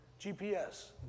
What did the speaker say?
GPS